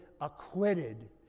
acquitted